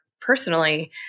personally